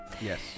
Yes